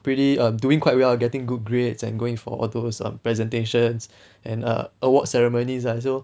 pretty err doing quite well getting good grades and going for all those um presentations and err award ceremonies ah so